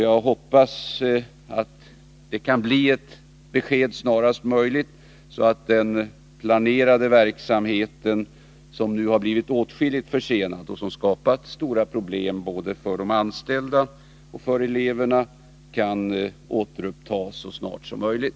Jag hoppas att det kan bli ett besked snarast möjligt, så att den planerade verksamheten, som nu blivit åtskilligt försenad — vilket skapat stora problem både för de anställda och för eleverna —, kan återupptas så snart som möjligt.